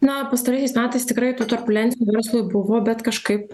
na pastaraisiais metais tikrai tų turbulenci verslui buvo bet kažkaip